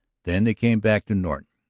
then they came back to norton,